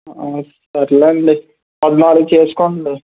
సర్లేండి పద్నాలుగు చేసుకోండి